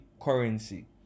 currency